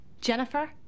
Jennifer